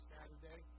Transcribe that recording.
Saturday